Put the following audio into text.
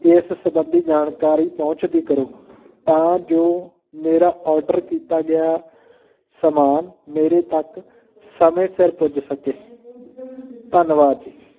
ਇਸ ਸੰਬੰਧੀ ਜਾਣਕਾਰੀ ਪਹੁੰਚਦੀ ਕਰੋ ਤਾਂ ਜੋ ਮੇਰਾ ਔਰਡਰ ਕੀਤਾ ਗਿਆ ਸਮਾਨ ਮੇਰੇ ਤੱਕ ਸਮੇਂ ਸਿਰ ਪੁੱਜ ਸਕੇ ਧੰਨਵਾਦ ਜੀ